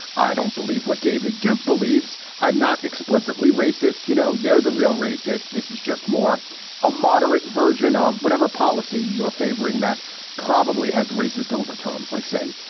i don't believe what david duke believes. i'm not explicitly racist. you know, they're the real racists. this is just more a moderate version of whatever policy you are favoring that probably has racist overtones like, say,